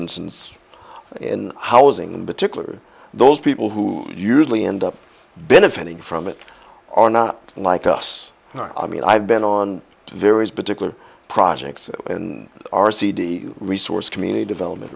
instance in housing the tickler those people who usually end up benefiting from it are not like us i mean i've been on various particular projects and r c d resource community development